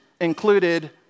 included